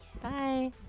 Bye